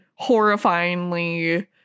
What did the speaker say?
horrifyingly